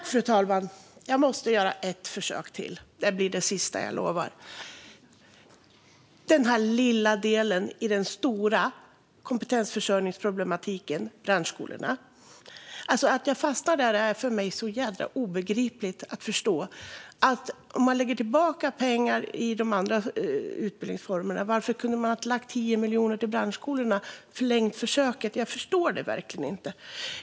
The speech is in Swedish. Fru talman! Jag måste göra ett försök till. Jag lovar att det blir det sista. Det gäller den lilla delen i den stora kompetensförsörjningsproblematiken - branschskolorna. Jag fastnar där. För mig är detta så jädra obegripligt. Man lägger tillbaka pengar när det gäller de andra utbildningsformerna. Varför kunde man inte ha lagt 10 miljoner till branschskolorna och förlängt försöket? Jag förstår det verkligen inte.